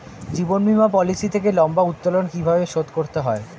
জীবন বীমা পলিসি থেকে লম্বা উত্তোলন কিভাবে শোধ করতে হয়?